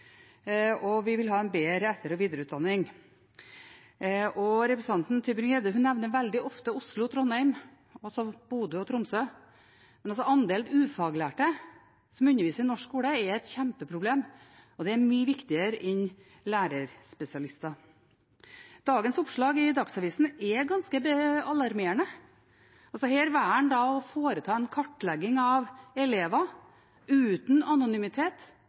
Vi vil ha en bedre etter- og videreutdanning. Representanten Mathilde Tybring-Gjedde nevner veldig ofte Oslo, Trondheim, Bodø og Tromsø, men andelen ufaglærte som underviser i norsk skole, er et kjempeproblem. Det er mye viktigere enn lærerspesialister. Dagens oppslag i Dagsavisen er ganske alarmerende. En velger å foreta en kartlegging av elever uten anonymitet